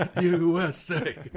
USA